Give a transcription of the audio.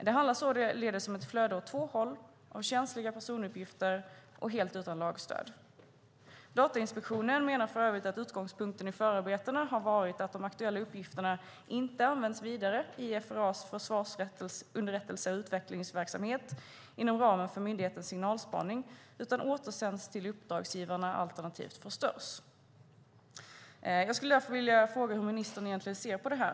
Det handlar således om ett flöde åt två håll av känsliga personuppgifter och helt utan lagstöd. Datainspektionen menar för övrigt att utgångspunkten i förarbetena har "varit att de aktuella uppgifterna inte används vidare i FRA:s försvarsunderrättelse eller utvecklingsverksamhet inom ramen för myndighetens signalspaning, utan återsänds till uppdragsgivarna alternativt förstörs". Hur ser egentligen ministern på detta?